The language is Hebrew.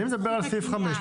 אני מדבר על סעיף 5,